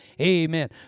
amen